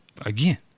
again